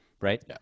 right